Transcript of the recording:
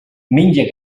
menja